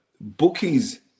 bookies